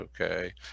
Okay